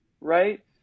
right